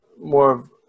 more